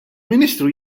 ministru